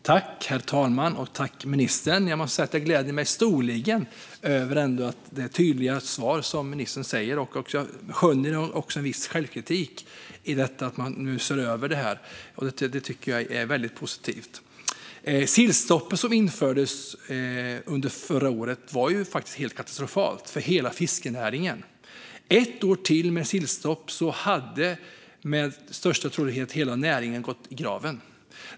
Herr talman! Tack, ministern! Jag måste säga att jag gläder mig storligen över det tydliga svar som ministern gav. Jag skönjer också en viss självkritik i detta att man nu ser över det här, och det tycker jag är väldigt positivt. Sillstoppet som infördes under förra året var faktiskt helt katastrofalt för hela fiskenäringen. Med sillstopp ett år till hade med största sannolikhet hela näringen gått i graven.